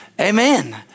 Amen